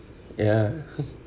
ya